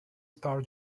star